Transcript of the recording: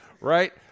right